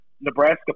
Nebraska